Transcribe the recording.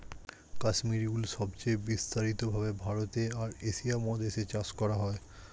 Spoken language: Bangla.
কাশ্মীরি উল সবচেয়ে বিস্তারিত ভাবে ভারতে আর এশিয়া মহাদেশে চাষ করা হয়